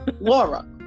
Laura